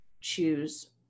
choose